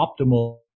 optimal